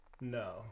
No